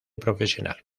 profesional